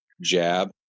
jab